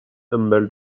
humble